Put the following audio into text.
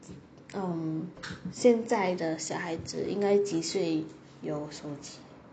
um 现在的小孩子应该几岁有手机